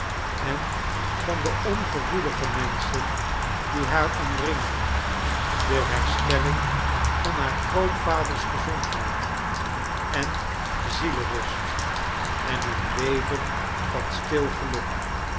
en van de ongevoelige menschen die haar omringden de herstelling van haar grootvaders gezondheid en zielsrust en een leven van stil geluk